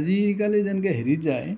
আজিকালি যেনকে হেৰিত যায়